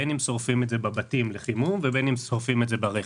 בין אם שורפים את זה בבתים לחימום ובין אם שורפים את זה ברכב.